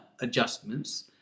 adjustments